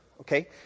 okay